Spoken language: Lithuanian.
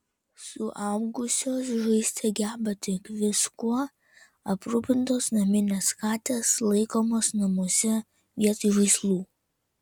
suaugusios žaisti geba tik viskuo aprūpintos naminės katės laikomos namuose vietoj žaislų